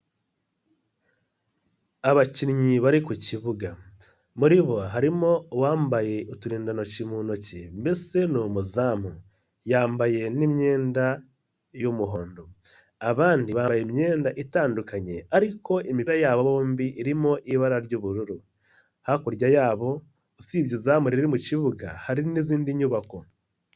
Abakinnyi bari ku kibuga muri bo harimo uwambaye uturindantoki mu ntoki mbese ni umuzamu, yambaye n'imyenda y'umuhondo, abandi bambaye imyenda itandukanye ariko imipira yabo bombi irimo ibara ry'ubururu, hakurya yabo usibye izamu riri mu kibuga hari n'izindi nyubako.